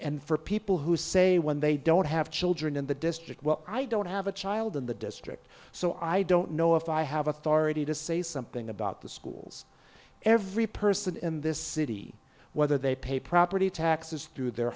and for people who say when they don't have children in the district well i don't have a child in the district so i don't know if i have authority to say something about the schools every person in this city whether they pay property taxes through their